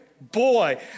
Boy